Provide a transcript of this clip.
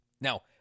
Now